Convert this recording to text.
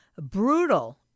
brutal